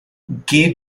ghee